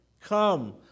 Come